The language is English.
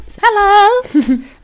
Hello